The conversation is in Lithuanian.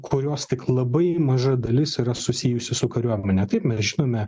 kurios tik labai maža dalis yra susijusi su kariuomene taip mes žinome